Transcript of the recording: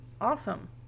Awesome